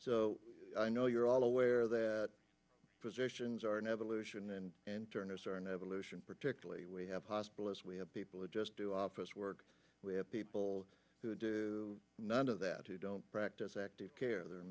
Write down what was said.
so i know you're all aware that physicians are an evolution and an turners are an evolution particularly we have hospital as we have people who just do office work we have people who do none of that who don't practice active care there are